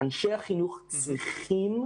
אנשי החינוך צריכים,